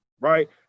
right